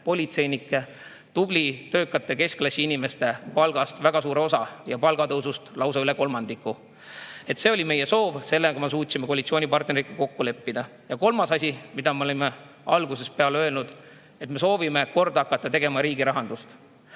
politseinike, tublide töökate keskklassi inimeste palgast väga suure osa ja palgatõusust lausa üle kolmandiku. See oli meie soov, selles me suutsime koalitsioonipartneritega kokku leppida. Kolmas asi, mida me olime algusest peale öelnud – me soovime hakata korda tegema riigi rahandust.